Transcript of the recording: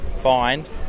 find